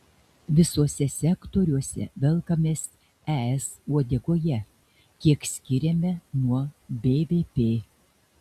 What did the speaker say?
visuose sektoriuose velkamės es uodegoje kiek skiriame nuo bvp